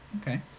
okay